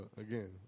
again